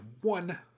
one